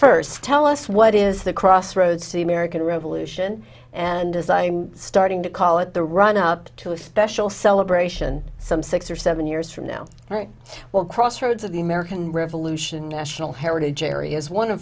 first tell us what is the crossroads to the american revolution and as i'm starting to call it the run up to a special celebration some six or seven years from now well crossroads of the american revolution national heritage area is one